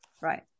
Right